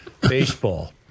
Baseball